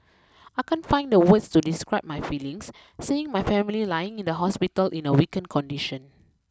I can't find the words to describe my feelings seeing my family lying in the hospital in a weakened condition